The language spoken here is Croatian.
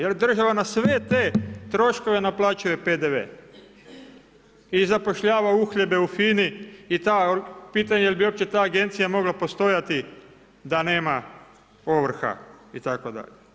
Jel država na sve te troškove naplaćuje PDV i zapošljava uhljebe u FINI i pitanje jel bi uopće ta agencija mogla postojati da nema ovrha itd.